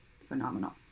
phenomenal